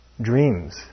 dreams